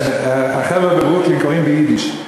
החבר'ה בברוקלין קוראים ביידיש.